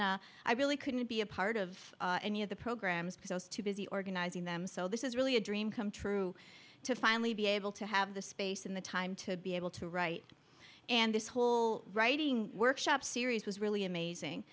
directing i really couldn't be a part of any of the programs because i was too busy organizing them so this is really a dream come true to finally be able to have the space and the time to be able to write and this whole writing workshop series was really amazing